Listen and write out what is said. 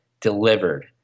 delivered